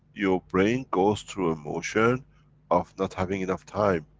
your brain goes through a motion of not having enough time,